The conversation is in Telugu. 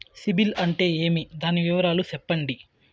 సిబిల్ అంటే ఏమి? దాని వివరాలు సెప్పండి?